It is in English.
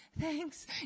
thanks